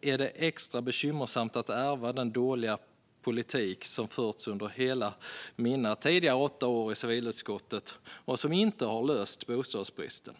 är det extra bekymmersamt att ärva den dåliga politik som förts under alla mina åtta år i civilutskottet och som inte har löst bostadsbristen.